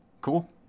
Cool